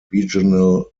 regional